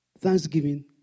Thanksgiving